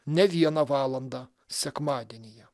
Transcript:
ne vieną valandą sekmadienyje